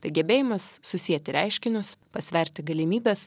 tai gebėjimas susieti reiškinius pasverti galimybes